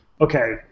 okay